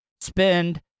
Spend